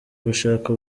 gushaka